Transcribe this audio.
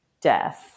death